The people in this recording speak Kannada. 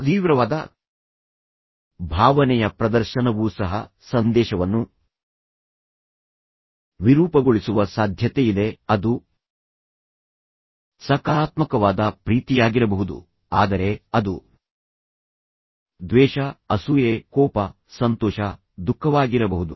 ತೀವ್ರವಾದ ಭಾವನೆಯ ಪ್ರದರ್ಶನವೂ ಸಹ ಸಂದೇಶವನ್ನು ವಿರೂಪಗೊಳಿಸುವ ಸಾಧ್ಯತೆಯಿದೆ ಅದು ಸಕಾರಾತ್ಮಕವಾದ ಪ್ರೀತಿಯಾಗಿರಬಹುದು ಆದರೆ ಅದು ದ್ವೇಷ ಅಸೂಯೆ ಕೋಪ ಸಂತೋಷ ದುಃಖವಾಗಿರಬಹುದು